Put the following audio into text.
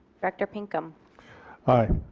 director pinkham aye.